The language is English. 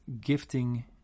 gifting